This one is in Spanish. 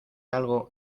algo